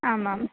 आमां